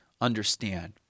understand